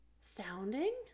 Sounding